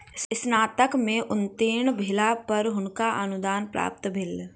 स्नातक में उत्तीर्ण भेला पर हुनका अनुदान प्राप्त भेलैन